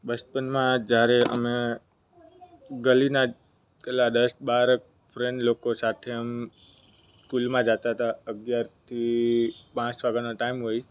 બચપનમાં જ્યારે અમે ગલીના જ પહેલાં દસ બાર ફ્રેન્ડ લોકો સાથે એમ સ્કૂલમાં જાતા તા અગિયારથી પાંચ વાગ્યાનો ટાઈમ હોય